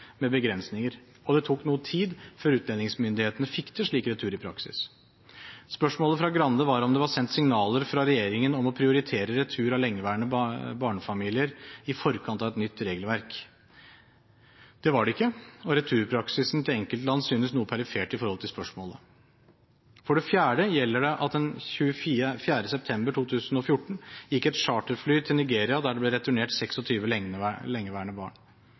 med begrensninger, og det tok noe tid før utlendingsmyndighetene fikk til slik retur i praksis. Spørsmålet fra Skei Grande var om det var sendt signaler fra regjeringen om å prioritere retur av lengeværende barnefamilier i forkant av et nytt regelverk. Det var det ikke, og returpraksisen til enkeltland synes noe perifert i forhold til spørsmålet. For det fjerde gjelder det at det den 24. september 2014 gikk et charterfly til Nigeria der det ble returnert 26 lengeværende barn.